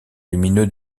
lumineux